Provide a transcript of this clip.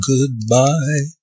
Goodbye